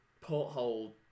porthole